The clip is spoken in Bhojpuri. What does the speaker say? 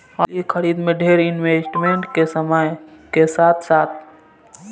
एस्ली के खरीदारी में डेर इन्वेस्टमेंट के समय के साथे दाम बढ़ला से रिकवर कईल जा सके ला